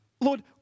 Lord